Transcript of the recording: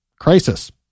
crisis